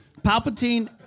Palpatine